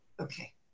okay